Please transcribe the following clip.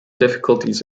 difficulties